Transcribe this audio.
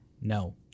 No